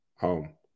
home